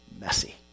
messy